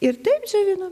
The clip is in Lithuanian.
ir taip džiovinam